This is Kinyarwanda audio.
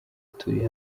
turi